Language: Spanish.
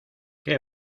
qué